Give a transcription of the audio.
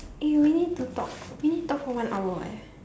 eh we need to talk we need to talk for one hour eh